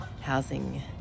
housing